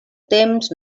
temps